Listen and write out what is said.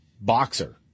boxer